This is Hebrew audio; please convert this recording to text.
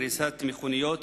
הריסת מכוניות,